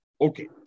Okay